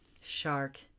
shark